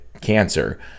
cancer